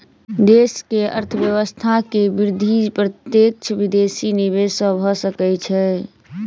देश के अर्थव्यवस्था के वृद्धि प्रत्यक्ष विदेशी निवेश सॅ भ सकै छै